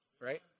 Right